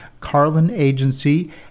carlinagency